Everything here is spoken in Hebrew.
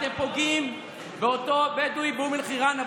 אתם פוגעים באותו בדואי באום אל-חיראן,